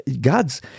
God's